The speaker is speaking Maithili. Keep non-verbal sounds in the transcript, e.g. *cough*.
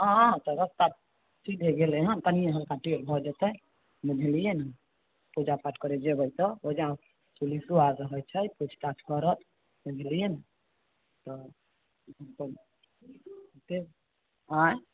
हँ तऽ रस्ता सीधे गेलै हन तनिये हल्का टेढ भऽ जेतै बुझलियै ने पूजापाठ करे जेबै तऽ ओइजा पुलिसो आर रहै छै पूछताछ करत बुझलियै ने तऽ *unintelligible* आंय